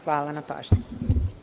Hvala na pažnji.